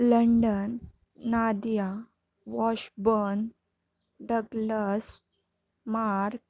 London Nadia Washburn Douglas mark